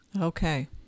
Okay